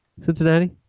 Cincinnati